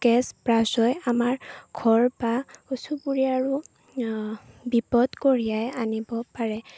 gas ব্ৰাছ হৈ আমাৰ ঘৰ বা চুবুৰীয়াৰো বিপদ কঢ়িয়াই আনিব পাৰে